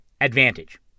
ADVANTAGE